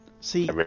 See